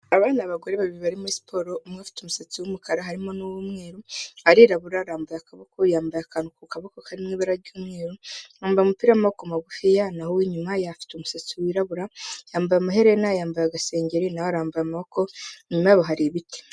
Aba n’abagore babiri bari muri siporo. Umwe afite umusatsi w’umukara harimo nuw'umweru, arirabura, arambuye akaboko, yambaye akantu ku kaboko karimo ibara ry'umweru, yambaye umupira w'amaboko magufiya. Naho uw’inyuma ye, afite umusatsi w’irabura, yambaye amaherena, yambaye agasengeri, nawe arambuye amaboko, inyuma har’ibiti.